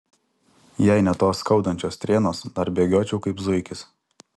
jei ne tos skaudančios strėnos dar bėgiočiau kaip zuikis